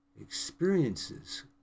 experiences